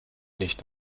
nicht